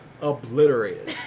obliterated